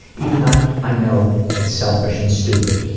even though i know it's selfish and stupid.